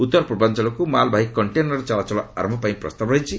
ଉତ୍ତର ପୂର୍ବାଞ୍ଚଳକୁ ମାଲବାହୀ କଣ୍ଟେନର୍ ଚଳାଚଳ ଆରମ୍ଭ ପାଇଁ ପ୍ରସ୍ତାବ ରହିଛି